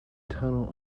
tunnel